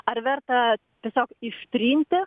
ar verta tiesiog ištrinti